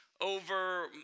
over